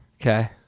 okay